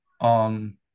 on